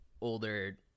older